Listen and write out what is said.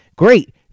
Great